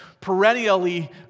perennially